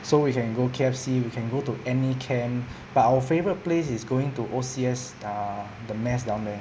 so we can go K_F_C we can go to any camp but our favourite place is going to O_C_S err the mass down there